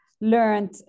learned